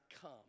come